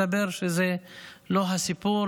מסתבר שזה לא הסיפור.